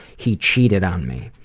he cheated on me!